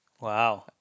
Wow